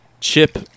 chip